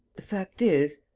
the fact is.